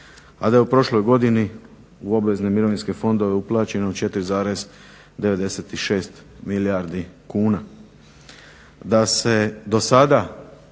a da je u prošloj godini u obavezne mirovinske fondove uplaćeno 4,96 milijardi kuna, da se do sada